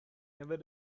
never